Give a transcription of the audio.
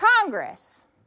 Congress